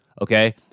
okay